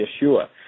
Yeshua